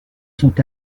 sont